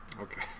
Okay